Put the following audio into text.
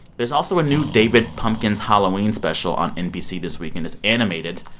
there's also a new david pumpkins halloween special on nbc this week, and it's animated.